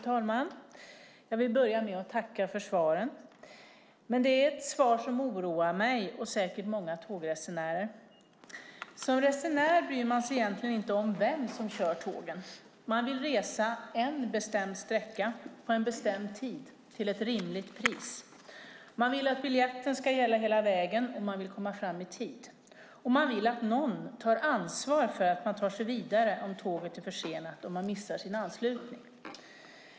Fru talman! Jag vill börja med att tacka för svaren. Det är dock ett svar som oroar mig, och säkert många tågresenärer. Som resenär bryr man sig egentligen inte om vem som kör tågen. Man vill resa en bestämd sträcka på en bestämd tid till ett rimligt pris. Man vill att biljetten ska gälla hela vägen, och man vill komma fram i tid. Man vill också att någon tar ansvar för att man tar sig vidare om tåget är försenat och man missar sin anslutning.